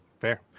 Fair